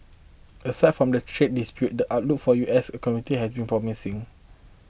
aside from the trade dispute the outlook for U S economy has been promising